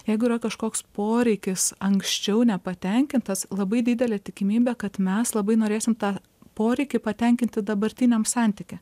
jeigu yra kažkoks poreikis anksčiau nepatenkintas labai didelė tikimybė kad mes labai norėsim tą poreikį patenkinti dabartiniam santyky